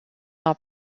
pas